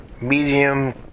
medium